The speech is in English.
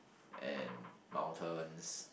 and mountains